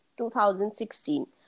2016